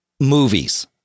movies